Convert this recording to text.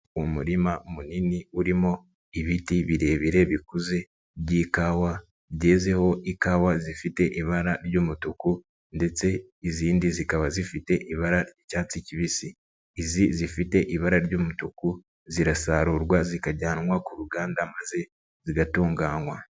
Umurima munini urimo ibiti birebire bikuze by'ikawa byezeho ikawa zifite ibara ry'umutuku ndetse izindi zikaba zifite ibara ry'icyatsi kibisi, izi zifite ibara ry'umutuku zirasarurwa, zikajyanwa ku ruganda maze zigatunganywa.